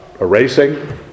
erasing